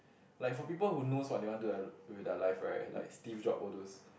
like for people who knows what they want to do like with their life right like Steve-Jobs all those